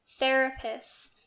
therapists